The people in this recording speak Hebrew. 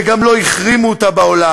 שגם לא החרימו אותה בעולם,